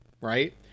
right